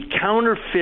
counterfeit